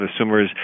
assumers